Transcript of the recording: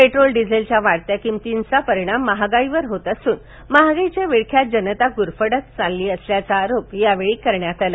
petrol डिझेलच्या वाढत्या किमतीचा परिणाम महागाईवर होत वसुन महागाईच्या विळाख्यात जनता गुरफटत चालली असल्याचा आरोप यावेळी करण्यात आला